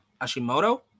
Ashimoto